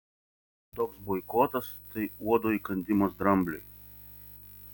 toks boikotas tai uodo įkandimas drambliui